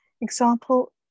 Example